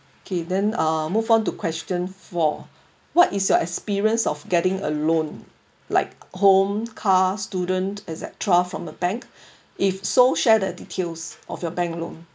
okay then uh move on to question four what is your experience of getting a loan like home car student etcetera from the bank if so share the details of your bank loan